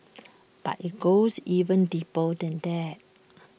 but IT goes even deeper than that